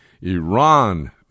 Iran